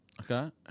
okay